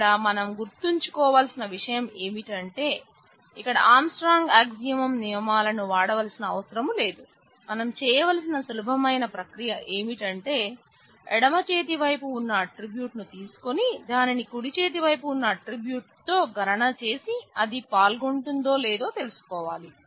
ఇక్కడ మనం గుర్తుంచుకోవలసిన విషయం ఏమిటంటే మనం ఇక్కడ ఆర్మ్స్ట్రాంగ్ ఆంక్సియోమ్స్ నియమాలను ను తీసుకొని దానిని కుడిచేతి వైపు ఉన్న ఆట్రిబ్యూట్ తో గణన చేసి అది పాల్గొంటుందో లేదో తెలుసుకోవాలి